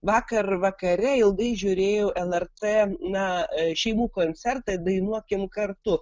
vakar vakare ilgai žiūrėjau lrt na šeimų koncertą dainuokim kartu